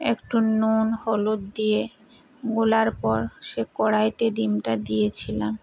একটু নুন হলুদ দিয়ে গোলার পর সে কড়াইতে ডিমটা দিয়েছিলাম